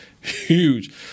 huge